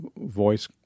voice